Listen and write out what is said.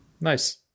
Nice